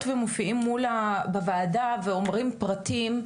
ומופעים בפני הוועדה ואומרים פרטים,